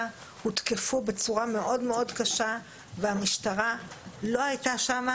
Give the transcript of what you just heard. הותקפו בצורה מאוד קשה והמשטרה לא הייתה שם,